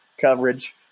coverage